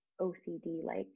OCD-like